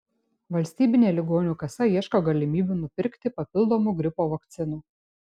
valstybinė ligonių kasa ieško galimybių nupirkti papildomų gripo vakcinų